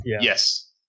Yes